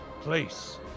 place